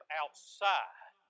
outside